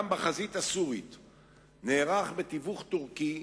גם בחזית הסורית נערך, בתיווך טורקי,